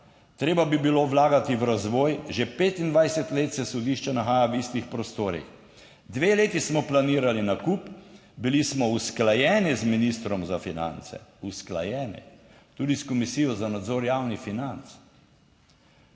Treba bi bilo vlagati v razvoj. Že 25 let se sodišče nahaja v istih prostorih. Dve leti smo planirali nakup, bili smo usklajeni z ministrom za finance, usklajeni, tudi s Komisijo za nadzor javnih financ.